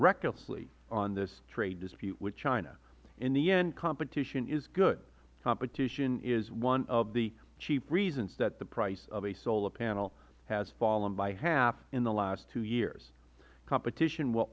recklessly on this trade dispute with china in the end competition is good competition is one of the chief reasons that the price of a solar panel has fallen by half in the last two years competition will